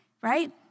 right